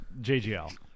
JGL